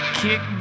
kick